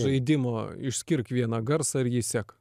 žaidimo išskirk vieną garsą ir jį sek